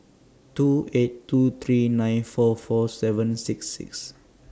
two eight two three nine four four seven six six